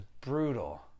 brutal